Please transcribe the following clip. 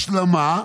השלמה,